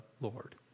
Lord